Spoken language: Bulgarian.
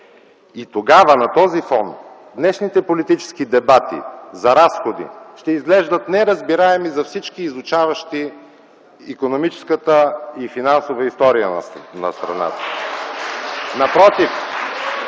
И тогава на този фон днешните политически дебати за разходи ще изглеждат неразбираеми за всички, изучаващи икономическата и финансовата история на страната.